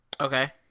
Okay